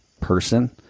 person